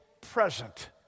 present